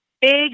big